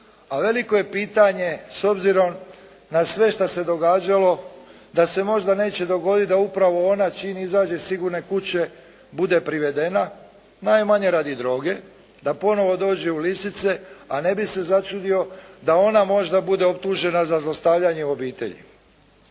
a veliko je pitanje s obzirom na sve što se događalo da se možda neće dogoditi da upravo ona čim izađe iz sigurne kuće bude privedena, najmanje radi droge, da ponovo dođe u lisice, a ne bih se začudio da ona možda bude optužena za zlostavljanje u obitelji.